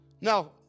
Now